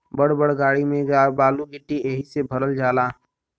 बड़ बड़ गाड़ी में बालू गिट्टी एहि से भरल जाला